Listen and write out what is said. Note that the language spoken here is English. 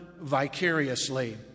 vicariously